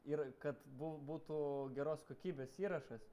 ir kad bū būtų geros kokybės įrašas